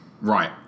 Right